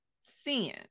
sin